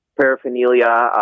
Paraphernalia